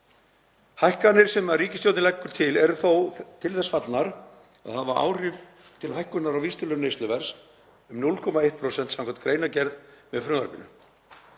Hækkanirnar sem ríkisstjórnin leggur til eru þó til þess fallnar að hafa áhrif til hækkunar á vísitölu neysluverðs um 0,1% samkvæmt greinargerð með frumvarpinu.